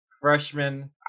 freshman